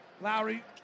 Lowry